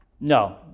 No